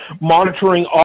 monitoring